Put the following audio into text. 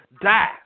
die